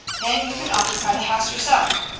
then you can occupy the house yourself.